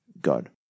God